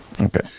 Okay